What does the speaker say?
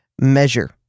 measure